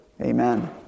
Amen